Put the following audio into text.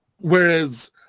Whereas